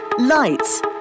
Lights